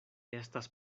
estas